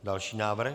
Další návrh.